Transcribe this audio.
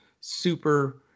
super